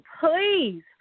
please